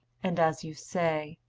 and, as you say,